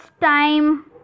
time